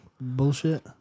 bullshit